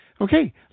Okay